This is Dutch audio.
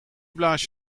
blaas